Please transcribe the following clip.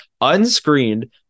Unscreened